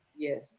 Yes